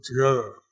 together